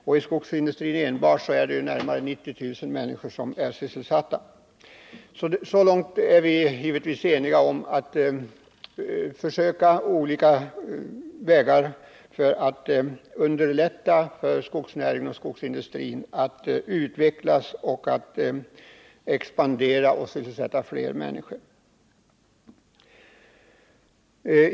Inom skogsindustrin enbart är närmare 90 000 människor sysselsatta. Så långt är vi givetvis eniga om att försöka olika vägar för att underlätta för skogsnäringen och skogsindustrin att utvecklas, expandera och sysselsätta fler människor.